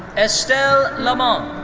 estelle lamant.